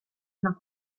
una